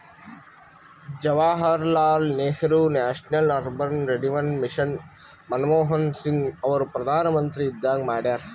Jawaharlal Nehru national urban renewal mission Manmohan Singh ಅವರು ಪ್ರಧಾನ್ಮಂತ್ರಿ ಇದ್ದಾಗ ಮಾಡ್ಯಾರ್